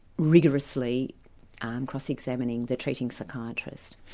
rigorously cross-examining the treating psychiatrist.